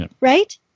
right